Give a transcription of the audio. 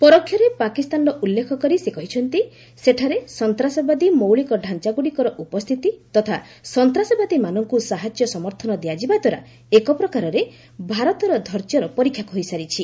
ପରୋକ୍ଷରେ ପାକିସ୍ତାନର ଉଲ୍ଲେଖ କରି ସେ କହିଛନ୍ତି ସେଠାରେ ସନ୍ତାସବାଦୀ ମୌଳିକ ଢ଼ାଞ୍ଚା ଗୁଡ଼ିକର ଉପସ୍ଥିତି ତଥା ସନ୍ତାସବାଦୀମାନଙ୍କୁ ସାହାର୍ଯ୍ୟ ସମର୍ଥନ ଦିଆଯିବା ଦ୍ୱାରା ଏକପ୍ରକାରରେ ଭାରତର ଧୈର୍ଯ୍ୟର ପରୀକ୍ଷା ହୋଇସାରିଛି